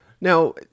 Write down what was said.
Now